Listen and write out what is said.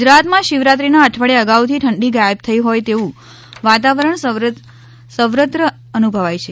હવામાન ગુજરાતમાં શિવરાત્રિના અઠવાડીયા અગાઉ થી ઠંડી ગાયબ થઈ હોય તેવું વાતાવરણ સર્વત્ર અનુભવાય છે